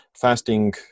fasting